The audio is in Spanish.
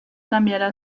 cambiará